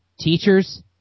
Teacher's